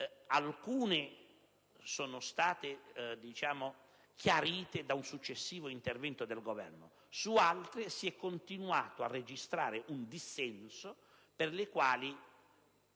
esse sono state chiarite da un successivo intervento del Governo; su altre si è continuato a registrare un dissenso: alcuni